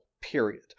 period